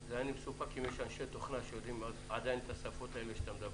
אני מסופק אם יש עדיין אנשי תוכנה שמכירים את שפות התוכנה האלו שתיארת.